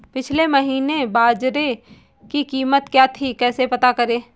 पिछले महीने बाजरे की कीमत क्या थी कैसे पता करें?